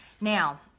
Now